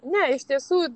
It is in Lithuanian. ne iš tiesų